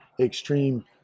extreme